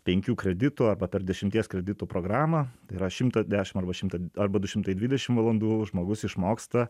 penkių kreditų arba per dešimties kreditų programą yra šimtą dešm arba šimtą arba du šimtai dvidešim valandų žmogus išmoksta